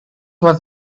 was